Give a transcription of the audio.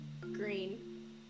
green